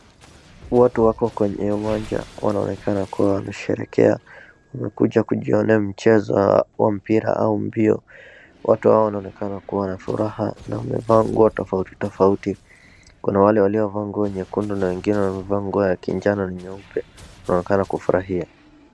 Watu wako kwenye uwanja. Wanaonekana kuwa wanasherehekea. Wamekuja kujionea mchezo wa mpira au mbio. Watu hao wanaonekana kuwa na furaha na wamevaa nguo tofauti tofauti, kuna wale waliovaa nguo nyekundu na wengine wamevaa nguo ya kinjano na nyeupe, wanaonekana kufurahia.